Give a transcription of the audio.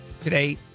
Today